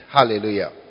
Hallelujah